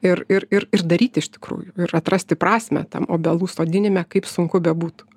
ir ir ir ir daryti iš tikrųjų ir atrasti prasmę tam obelų sodinime kaip sunku bebūtų